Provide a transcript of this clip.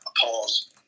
pause